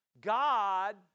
God